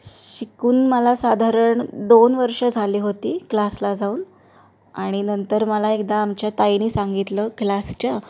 शिकून मला साधारण दोन वर्षं झाली होती क्लासला जाऊन आणि नंतर मला एकदा आमच्या ताईंनी सांगितलं क्लासच्या